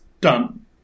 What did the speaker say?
done